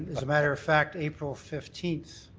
as a matter of fact, april fifteenth